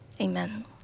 Amen